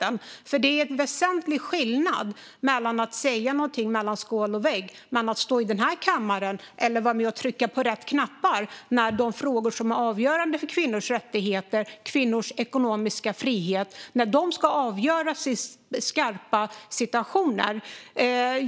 Det är nämligen en väsentlig skillnad på att säga något mellan skål och vägg och att i kammaren trycka på rätt knapp när frågor som är avgörande för kvinnors rättigheter och ekonomiska frihet ska avgöras.